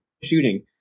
shooting